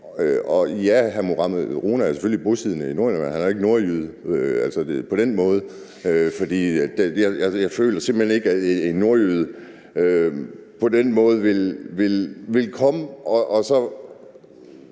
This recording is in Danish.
selvfølgelig bosiddende i Nordjylland, men han er jo ikke nordjyde. For jeg føler simpelt hen ikke, at en nordjyde på den måde vil komme i